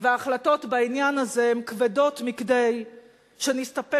וההחלטות בעניין הזה הן כבדות מכדי שנסתפק